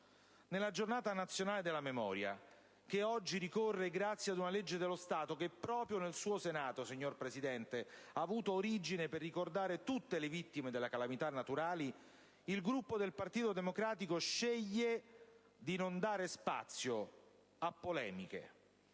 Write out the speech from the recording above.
Nella Giornata nazionale della memoria, che oggi ricorre grazie ad una legge dello Stato che proprio nel Senato, signor Presidente, ha avuto origine per ricordare tutte le vittime delle calamità naturali, il Gruppo del Partito Democratico sceglie di non dare spazio a polemiche,